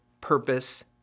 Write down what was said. purpose